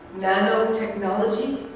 nanotechnology,